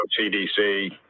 CDC